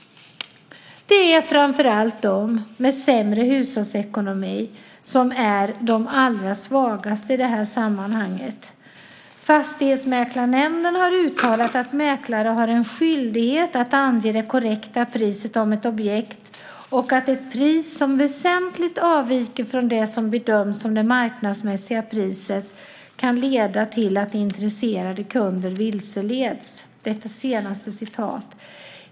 Det är framför allt de med sämre hushållsekonomi som är de allra svagaste i det här sammanhanget. Fastighetsmäklarnämnden har uttalat att mäklare har en skyldighet att ange det korrekta priset för ett objekt och att ett pris som väsentligt avviker från det som bedöms som det marknadsmässiga priset kan leda till att intresserade kunder vilseleds.